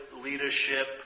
leadership